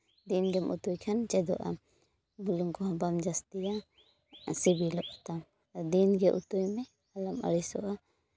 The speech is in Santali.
ᱫᱤᱱᱜᱮᱢ ᱩᱛᱩᱭ ᱠᱷᱟᱱ ᱪᱮᱫᱚᱜ ᱟᱢ ᱵᱩᱞᱩᱝ ᱠᱚᱦᱚᱸ ᱵᱟᱢ ᱡᱟᱹᱥᱛᱤᱭᱟ ᱥᱤᱵᱤᱞᱚᱜ ᱛᱟᱢᱟ ᱫᱤᱱᱜᱮ ᱩᱛᱩᱭ ᱢᱮ ᱟᱞᱚᱢ ᱟᱹᱲᱤᱥᱚᱜᱼᱟ